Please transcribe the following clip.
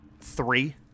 three